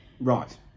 Right